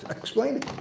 explain it.